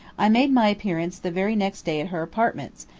i made my appearance the very next day at her apartments,